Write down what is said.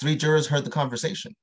three jurors had the conversation